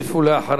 ואחריה,